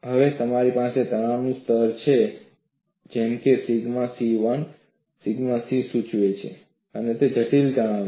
હવે મારી પાસે તણાવ સ્તર છે જેમ કે સિગ્મા C 1 C સૂચવે છે કે તે એક જટિલ તણાવ છે